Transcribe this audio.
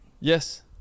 Yes